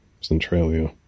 Centralia